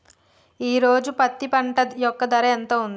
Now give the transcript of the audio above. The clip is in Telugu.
ఈ రోజు పత్తి పంట యొక్క ధర ఎంత ఉంది?